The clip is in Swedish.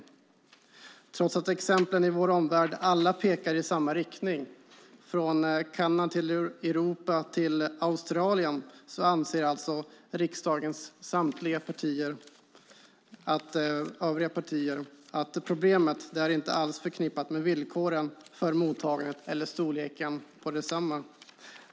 Trots att alla exempel i vår omvärld pekar i samma riktning - från Kanada till Europa och till Australien - anser riksdagens övriga partier att problemet inte alls är förknippat med villkoren för mottagandet eller storleken på detsamma.